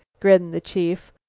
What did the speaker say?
grinned the chief,